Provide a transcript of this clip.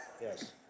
Yes